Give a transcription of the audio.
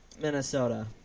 Minnesota